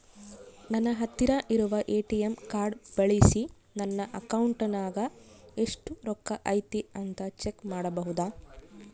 ನನ್ನ ಹತ್ತಿರ ಇರುವ ಎ.ಟಿ.ಎಂ ಕಾರ್ಡ್ ಬಳಿಸಿ ನನ್ನ ಅಕೌಂಟಿನಾಗ ಎಷ್ಟು ರೊಕ್ಕ ಐತಿ ಅಂತಾ ಚೆಕ್ ಮಾಡಬಹುದಾ?